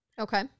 Okay